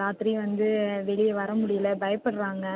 ராத்திரி வந்து வெளியே வர முடியலை பயப்படுறாங்க